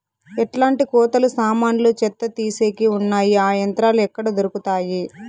ఎట్లాంటి కోతలు సామాన్లు చెత్త తీసేకి వున్నాయి? ఆ యంత్రాలు ఎక్కడ దొరుకుతాయి?